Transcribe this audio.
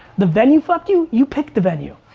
the venue fucked you? you picked the venue.